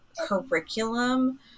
curriculum